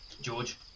George